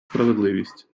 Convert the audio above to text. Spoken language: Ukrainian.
справедливість